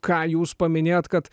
ką jūs paminėjot kad